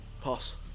Pass